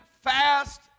fast